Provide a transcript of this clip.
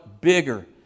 bigger